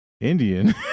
Indian